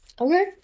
Okay